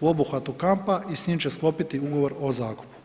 u obuhvata kampa i s njim će sklopiti ugovor o zakupu.